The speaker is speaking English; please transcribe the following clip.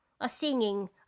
a-singing